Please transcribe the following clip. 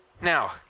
Now